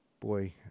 boy